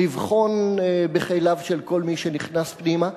לבחון בכליו של כל מי שנכנס פנימה,